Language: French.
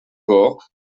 port